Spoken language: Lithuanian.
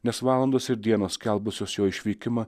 nes valandos ir dienos skelbusios jo išvykimą